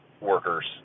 workers